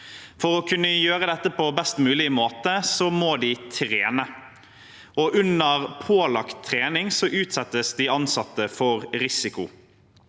For å kunne gjøre dette på best mulig måte, må de trene, og under pålagt trening utsettes de ansatte for risiko.